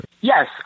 Yes